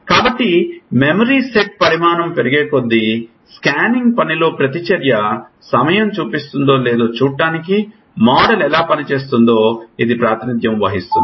కాబట్టి memory set పరిమాణం పెరిగేకొద్దీ స్కానింగ్ పనిలో ప్రతిచర్య సమయం చూపిస్తుందో లేదో చూడటానికి మోడల్ ఎలా పనిచేస్తుందో ఇది ప్రాతినిధ్యం వహిస్తుంది